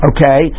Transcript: Okay